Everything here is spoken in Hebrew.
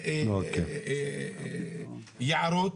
ביערות,